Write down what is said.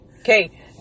okay